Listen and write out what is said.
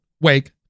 wake